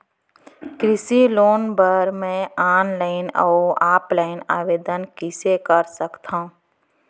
कृषि लोन बर मैं ऑनलाइन अऊ ऑफलाइन आवेदन कइसे कर सकथव?